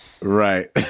Right